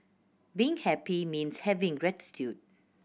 being happy means having gratitude